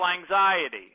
anxiety